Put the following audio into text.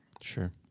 Sure